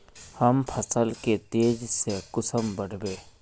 हम फसल के तेज से कुंसम बढ़बे?